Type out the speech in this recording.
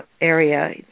area